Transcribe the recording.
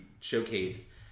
showcase